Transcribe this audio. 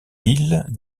îles